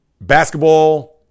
basketball